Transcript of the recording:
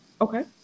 okay